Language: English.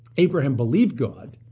abraham believed god,